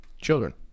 children